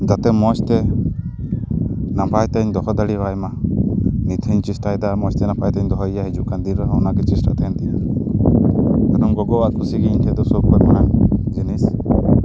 ᱡᱟᱛᱮ ᱢᱚᱡᱽ ᱛᱮ ᱱᱟᱯᱟᱭ ᱛᱮᱧ ᱫᱚᱦᱚ ᱫᱟᱲᱮᱭᱟᱭ ᱢᱟ ᱱᱤᱛ ᱦᱚᱹᱧ ᱪᱮᱥᱴᱟᱭᱮᱫᱟ ᱢᱚᱡᱽ ᱛᱮ ᱱᱟᱯᱟᱭ ᱛᱮᱧ ᱫᱚᱦᱚᱭᱮᱭᱟ ᱦᱤᱡᱩᱜ ᱠᱟᱱ ᱫᱤᱱ ᱨᱮᱦᱚᱸ ᱚᱱᱟ ᱜᱮ ᱪᱮᱥᱴᱟ ᱛᱟᱦᱮᱱ ᱛᱤᱧᱟᱹ ᱠᱟᱨᱚᱱ ᱜᱚᱜᱚᱣᱟᱜ ᱠᱩᱥᱤ ᱜᱮ ᱤᱧ ᱴᱷᱮᱡ ᱫᱚ ᱥᱳᱵ ᱠᱷᱚᱡ ᱢᱟᱨᱟᱝ ᱡᱤᱱᱤᱥ